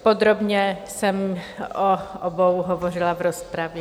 Podrobně jsem o obou hovořila v rozpravě.